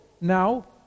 Now